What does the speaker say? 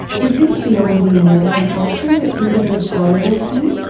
is this beyond the american culture? is it a global thing?